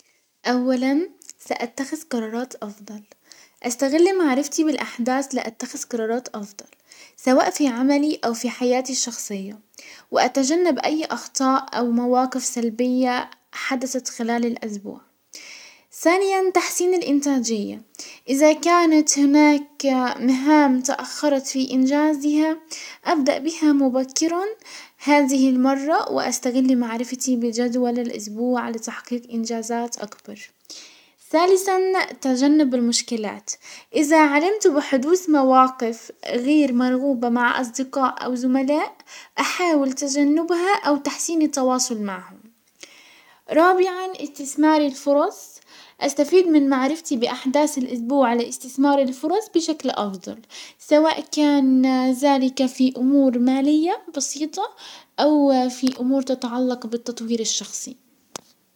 اولا ساتخز قرارات افضل، استغل معرفتي بالاحداس لاتخز قرارات افضل سواء في عملي او في حياتي الشخصية، واتجنب اي اخطاء او مواقف سلبية حدست خلال الاسبوع. ثانيا تحسين الانتاجية، ازا كانت هناك مهام تأخرت في انجازها ابدأ بها مبكرا هذه المرة، واستغل معرفتي بجدول الاسبوع لتحقيق انجازات اكبر. ثالثا تجنب المشكلات، ازا علمت بحدوث مواقف غير مرغوبة مع اصدقاء او زملاء، احاول تجنبها او تحسين التواصل معهم. رابعا استثمار الفرص، استفيد من معرفتي باحداث الاسبوع لاستثمار الفرص بشكل افضل سواء كان زلك في امور مالية بسيطة او في امور تتعلق بالتطوير الشخصي.